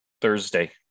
Thursday